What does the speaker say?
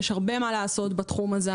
יש הרבה מה לעשות בתחום הזה.